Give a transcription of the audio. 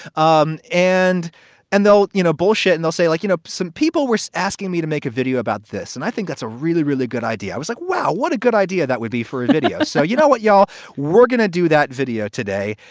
um and and they'll, you know, bullshit. and they'll say, like, you know, some people was so asking me to make a video about this. and i think that's a really, really good idea. i was like, wow, what a good idea that would be for a video. so, you know what? y'all were going to do that video today.